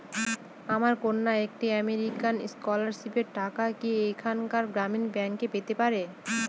আমার কন্যা একটি আমেরিকান স্কলারশিপের টাকা কি এখানকার গ্রামীণ ব্যাংকে পেতে পারে?